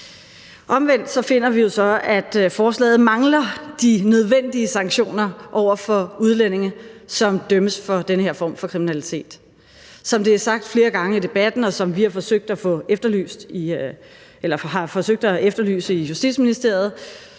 Omvendt finder vi så, at forslaget mangler de nødvendige sanktioner over for udlændinge, som dømmes for den her form for kriminalitet. Som det er sagt flere gange i debatten, og som vi har forsøgt at efterlyse i Justitsministeriet,